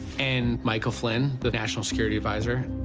and michael flynn, the national security adviser.